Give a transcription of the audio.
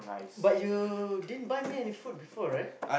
but you didn't buy me any food before right